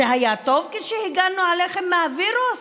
זה היה טוב כשהגנו עליכם מהווירוס,